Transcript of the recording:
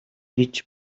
гэж